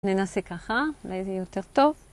ננסה ככה, אולי זה יהיה יותר טוב.